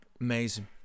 Amazing